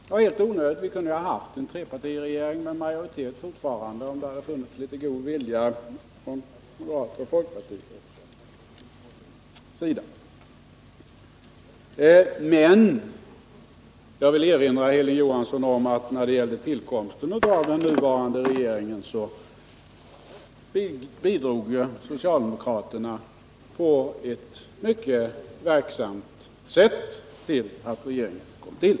Vi kunde ju fortfarande ha haft en trepartiregering med majoritet i riksdagen, om det funnits litet god vilja hos moderater och folkpartister. Men jag vill erinra Hilding Johansson om att socialdemokraterna ju på ett mycket verksamt sätt bidrog till att den nuvarande regeringen kom till.